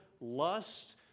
lust